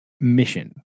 mission